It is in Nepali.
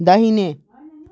दाहिने